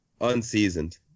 Unseasoned